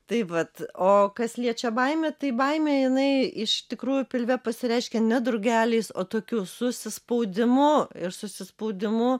tai vat o kas liečia baimę tai baimė jinai iš tikrųjų pilve pasireiškia ne drugeliais o tokiu susispaudimu ir susispaudimu